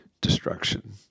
destruction